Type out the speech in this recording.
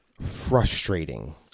frustrating